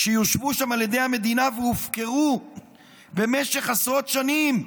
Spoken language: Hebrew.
יושבו שם על ידי המדינה והופקרו במשך עשרות שנים.